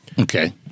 Okay